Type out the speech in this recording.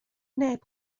neb